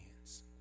hands